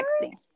sexy